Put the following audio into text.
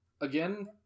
again